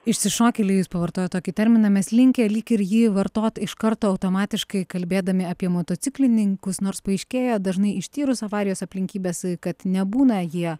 išsišokėliai jūs pavartojot tokį terminą mes linkę lyg ir jį vartot iš karto automatiškai kalbėdami apie motociklininkus nors paaiškėja dažnai ištyrus avarijos aplinkybes kad nebūna jie